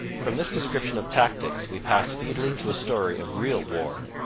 from this description of tactics we pass speedily to a story of real war.